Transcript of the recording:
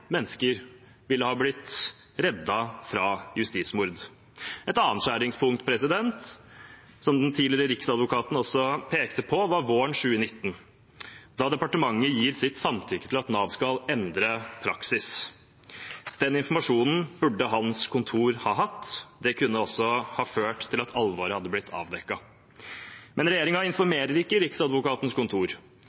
mennesker ville ha blitt reddet fra justismord. Et annet skjæringspunkt som den tidligere riksadvokaten også pekte på, var våren 2019, da departementet gir sitt samtykke til at Nav skal endre praksis. Den informasjonen burde hans kontor hatt. Det kunne også ført til at alvoret hadde blitt avdekket. Men regjeringen informerer ikke Riksadvokatens kontor.